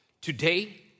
Today